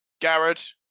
Garrett